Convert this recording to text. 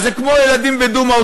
אז זה כמו הילדים בדומא,